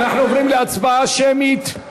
אנחנו עוברים להצבעה שמית,